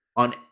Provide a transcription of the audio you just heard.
On